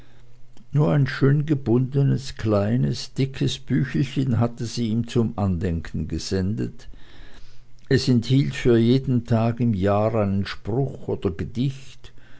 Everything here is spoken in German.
nur ein schön gebundenes kleines dickes büchlein hatte sie ihm zum andenken gesendet es enthielt für jeden tag im jahr einen spruch oder ein gedicht